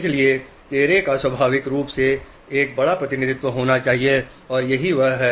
इसलिए चेहरे का स्वाभाविक रूप से एक बड़ा प्रतिनिधित्व होना चाहिए और यही वह है